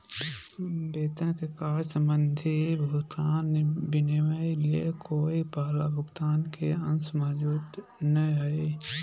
वेतन कार्य संबंधी भुगतान विनिमय ले कोय पहला भुगतान के अंश मौजूद नय हइ